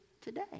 today